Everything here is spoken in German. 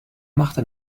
machte